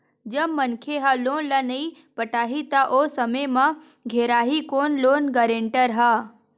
जब मनखे ह लोन ल नइ पटाही त ओ समे म घेराही कोन लोन गारेंटर ह